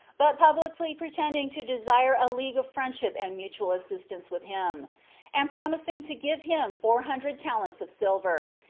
but publicly pretending to desire a league of friendship and mutual assistance with him and promising to give him four hundred talents of silver,